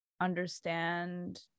understand